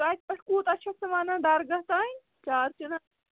تَتہِ پٮ۪ٹھ کوٗتاہ چھَکھ ژٕ ونان درگاہ تام چار چنا